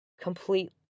complete